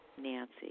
Nancy